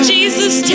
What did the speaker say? Jesus